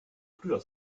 früher